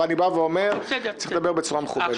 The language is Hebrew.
אבל אני אומר שצריך לדבר בצורה מכובדת.